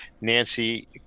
Nancy